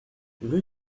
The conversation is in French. rue